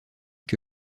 que